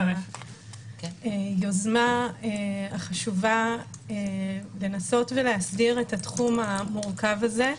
היוזמה החשובה לנסות ולהסדיר את התחום המורכב הזה.